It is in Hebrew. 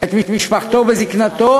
את משפחתו בזיקנתו